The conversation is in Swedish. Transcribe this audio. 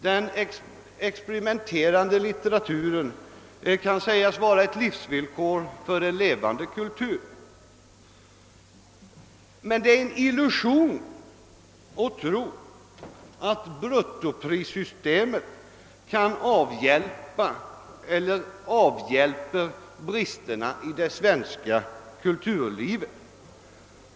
Den experimenterande litteraturen kan sägas vara ett livsvillkor för en levande kultur. Men det är en illusion att tro att bruttoprissystemet kan avhjälpa bristerna i det svenska kulturlivet.